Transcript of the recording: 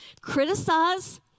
criticize